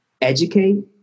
educate